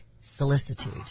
solicitude